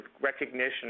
recognition